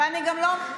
ואני גם לא,